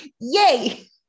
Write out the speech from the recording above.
Yay